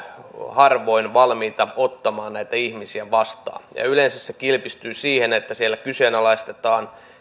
harvoin valmiita ottamaan näitä ihmisiä vastaan yleensä se kilpistyy siihen että siellä kyseenalaistetaan